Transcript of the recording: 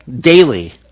daily